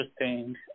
interesting